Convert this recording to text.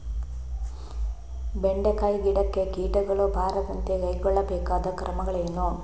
ಬೆಂಡೆಕಾಯಿ ಗಿಡಕ್ಕೆ ಕೀಟಗಳು ಬಾರದಂತೆ ಕೈಗೊಳ್ಳಬೇಕಾದ ಕ್ರಮಗಳೇನು?